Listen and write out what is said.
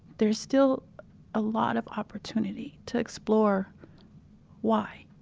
there's still a lot of opportunity to explore why